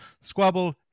Squabble